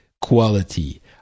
quality